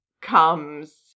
comes